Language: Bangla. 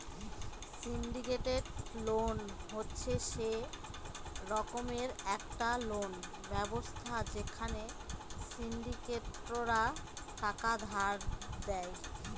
সিন্ডিকেটেড লোন হচ্ছে সে রকমের একটা লোন ব্যবস্থা যেখানে সিন্ডিকেটরা টাকা ধার দেয়